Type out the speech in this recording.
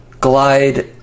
glide